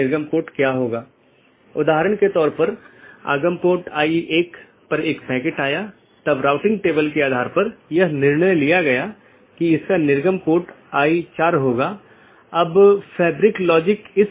मुख्य रूप से दो BGP साथियों के बीच एक TCP सत्र स्थापित होने के बाद प्रत्येक राउटर पड़ोसी को एक open मेसेज भेजता है जोकि BGP कनेक्शन खोलता है और पुष्टि करता है जैसा कि हमने पहले उल्लेख किया था कि यह कनेक्शन स्थापित करता है